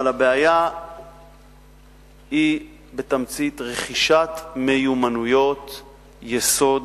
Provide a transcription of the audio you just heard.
אבל הבעיה היא בתמצית רכישת מיומנויות יסוד,